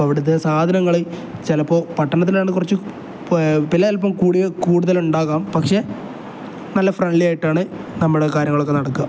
അപ്പ അവിടുത്തെ സാധനങ്ങൾ ചിലപ്പോൾ പട്ടണത്തിലായതുകൊണ്ട് കുറച്ചു വില അൽപ്പം കൂടി കൂടുതൽ ഉണ്ടാകാം പക്ഷെ നല്ല ഫ്രണ്ട്ലി ആയിട്ടാണ് നമ്മുടെ കാര്യങ്ങളൊക്കെ നടക്കുക